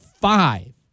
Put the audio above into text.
five